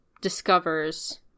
discovers